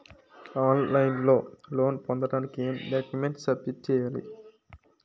On line లో loan పొందటానికి ఎం డాక్యుమెంట్స్ సబ్మిట్ చేయాలి?